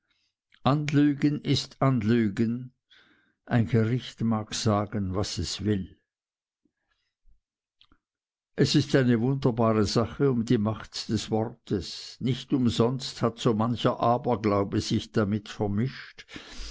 anlügen ist anlügen ein gericht mag sagen was es will es ist eine wunderbare sache um die macht des wortes nicht umsonst hat so mancher aberglaube sich damit vermischt